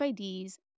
IDs